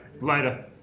Later